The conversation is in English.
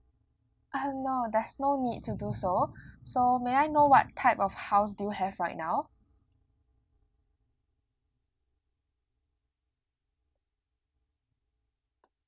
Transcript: um no there's no need to do so so may I know what type of house do you have right now